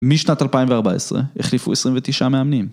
משנת 2014 החליפו 29 מאמנים.